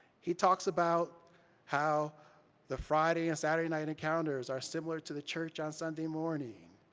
he talks about how the friday and saturday night encounters are similar to the church on sunday morning,